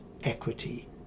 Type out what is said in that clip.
equity